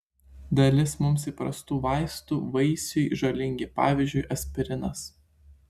dalis mums įprastų vaistų vaisiui žalingi pavyzdžiui aspirinas